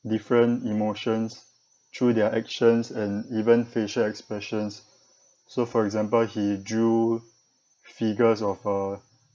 different emotions through their actions and even facial expressions so for example he drew figures of a